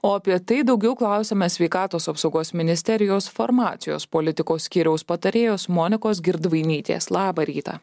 o apie tai daugiau klausiame sveikatos apsaugos ministerijos farmacijos politikos skyriaus patarėjos monikos girdvainytės labą rytą